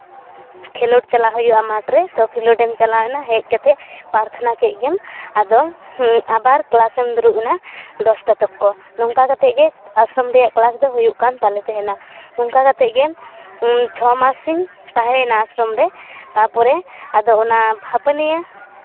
ᱠᱷᱮᱞᱳᱰ ᱪᱟᱞᱟᱣ ᱦᱩᱭᱩᱜᱼᱟ ᱢᱟᱴᱷᱨᱮ ᱛᱚ ᱠᱷᱮᱞᱳᱰᱮᱢ ᱪᱟᱞᱟᱣᱱᱟ ᱦᱮᱡ ᱠᱟᱛᱮᱫ ᱯᱟᱨᱛᱷᱚᱱᱟ ᱠᱮᱫ ᱜᱮᱢ ᱟᱫᱚ ᱟᱵᱟᱨ ᱠᱞᱟᱥᱮᱢ ᱫᱩᱲᱩᱵ ᱮᱱᱟ ᱫᱚᱥᱴᱟ ᱛᱚᱠᱠᱚ ᱱᱚᱝᱠᱟ ᱠᱟᱛᱮᱫ ᱜᱮ ᱟᱥᱨᱚᱢ ᱨᱮᱭᱟᱜ ᱠᱞᱟᱥ ᱫᱚ ᱦᱩᱭᱩᱜ ᱠᱟᱱ ᱛᱟᱞᱮ ᱛᱟᱦᱮᱱᱟ ᱚᱱᱠᱟ ᱠᱟᱛᱮᱫ ᱜᱮ ᱪᱷᱚ ᱢᱟᱥᱤᱧ ᱛᱟᱦᱮᱸᱭᱮᱱᱟ ᱟᱥᱨᱚᱢ ᱨᱮ ᱛᱟᱨᱯᱚᱨᱮ ᱟᱫᱚ ᱚᱱᱟ ᱵᱷᱟᱹᱯᱟᱹᱱᱤᱭᱟᱹ